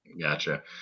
Gotcha